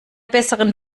besseren